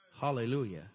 Hallelujah